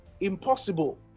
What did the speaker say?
impossible